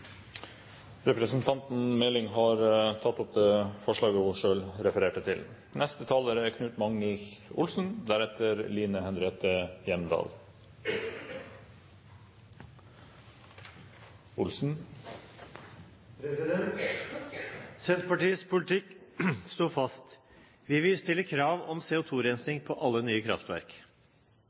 Representanten Siri A. Meling har tatt opp det forslaget hun refererte til. Senterpartiets politikk står fast. Vi vil stille krav om CO2-rensing på alle nye kraftverk.